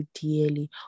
dearly